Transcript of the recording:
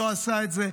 לא עשה את זה.